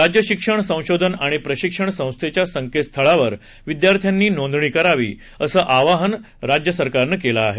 राज्य शिक्षण संशोधन आणि प्रशिक्षण संस्थेच्या संकेतस्थळावर विद्यार्थ्यांनी नोंदणी करावी असं आवाहन सरकारनं केलं आहे